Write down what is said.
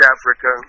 Africa